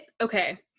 okay